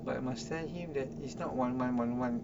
but must tell him that it's not one month one one